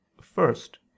First